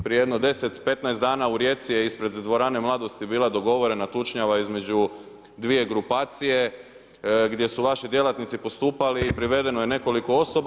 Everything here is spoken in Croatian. Prije jedno 10-15 dana u Rijeci je ispred dvorane Mladosti bila dogovorena tučnjava između dvije grupacije gdje su vaši djelatnici postupali i privedeno je nekoliko osoba.